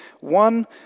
one